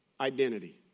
Identity